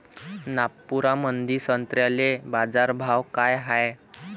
नागपुरामंदी संत्र्याले बाजारभाव काय हाय?